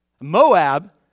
Moab